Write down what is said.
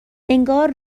انگار